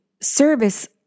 service